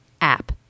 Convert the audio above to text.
app